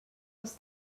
als